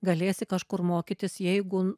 galėsi kažkur mokytis jeigu